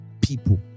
people